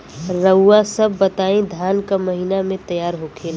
रउआ सभ बताई धान क महीना में तैयार होखेला?